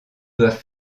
doivent